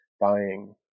buying